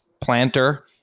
planter